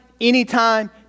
anytime